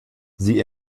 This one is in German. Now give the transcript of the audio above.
sie